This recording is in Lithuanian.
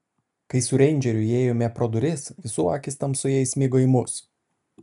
kai su reindžeriu įėjome pro duris visų akys tamsoje įsmigo į mus